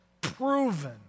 proven